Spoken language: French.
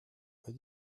pas